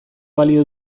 balio